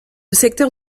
secteur